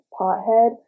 pothead